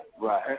right